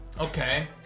Okay